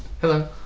Hello